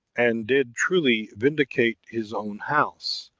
and did truly vindicate his own house,